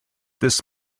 this